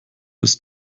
ist